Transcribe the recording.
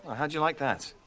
how do you like that?